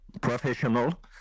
professional